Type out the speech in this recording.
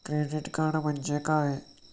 Credit card म्हणजे काय?